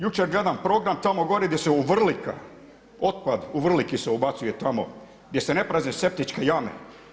Jučer gledam program tamo gore gdje se u Vrlika otpad u Vrlici se ubacuje tamo gdje se ne prazne septičke jame.